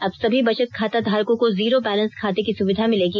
अब सभी बचत खाता धारकों को जीरो बैलेंस खाते की सुविधा मिलेगी